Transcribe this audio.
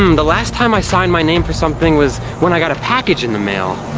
um the last time i signed my name for something, was when i got a package in the mail.